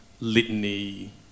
litany